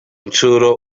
nshuro